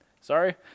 Sorry